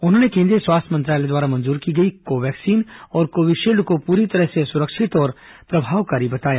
उन्होंने केंद्रीय स्वास्थ्य मंत्रालय द्वारा मंजूर की गई कोवैक्सीन और कोविडशील्ड को पूरी तरह से सुरक्षित और प्रभावकारी बताया